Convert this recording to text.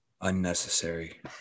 unnecessary